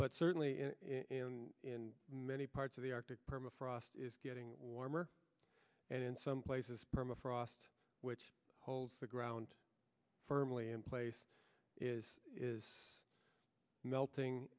but certainly in many parts of the arctic permafrost is getting warmer and in some places permafrost which holds the ground firmly in place is is melting